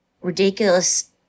ridiculous